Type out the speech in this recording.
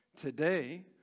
Today